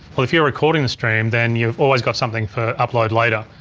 well if you're recording the stream then you've always got something for upload later.